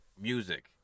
music